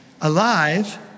alive